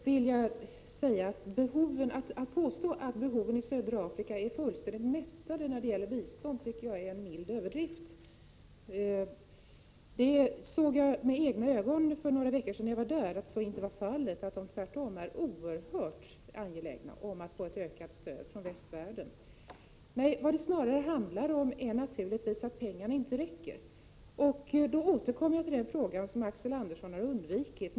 Herr talman! Axel Andersson påstår att behoven i södra Afrika är fullständigt mättade när det gäller bistånd. Det tycker jag är en mild överdrift. Jag såg med egna ögon när jag var där för några veckor sedan att så inte var fallet. Tvärtom är man oerhört angelägen om att få ett ökat stöd från västvärlden. Nej, vad det snarare handlar om är naturligtvis att pengarna inte räcker. Då återkommer jag till den fråga som Axel Andersson har undvikit.